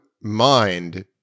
mind